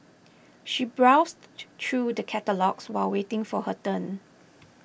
she browsed through the catalogues while waiting for her turn